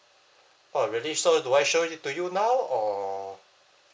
orh really so do I show it to you now or